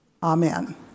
Amen